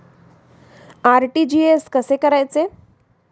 RTGS कसे करायचे?